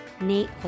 Nate